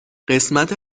قسمت